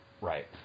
Right